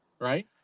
right